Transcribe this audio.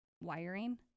wiring